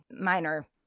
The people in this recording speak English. minor